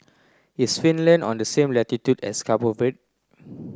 is Finland on the same latitude as Cabo Verde